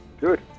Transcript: Good